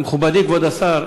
מכובדי כבוד השר,